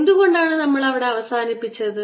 എന്തുകൊണ്ടാണ് നമ്മൾ അവിടെ അവസാനിപ്പിച്ചത്